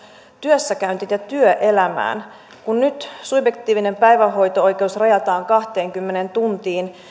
työssäkäyntiin ja työelämään kun nyt subjektiivinen päivähoito oikeus rajataan kahteenkymmeneen tuntiin